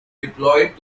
deployed